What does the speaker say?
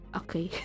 okay